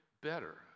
better